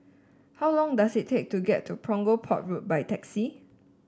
how long does it take to get to Punggol Port Road by taxi